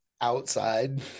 outside